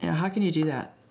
and how can you do that?